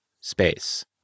space